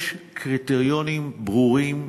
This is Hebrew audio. יש קריטריונים ברורים,